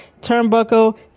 turnbuckle